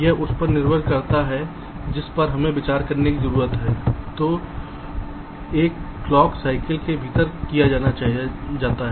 यह उस पर निर्भर करता है जिस पर हमें विचार करने की जरूरत है जो एक क्लॉक साइकिल के भीतर किया जाना है